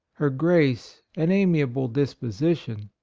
her grace and amiable disposition,